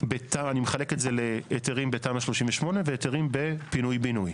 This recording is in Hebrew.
אני מחלק את זה להיתרים בתמ"א 38 והיתרים בפינוי בינוי.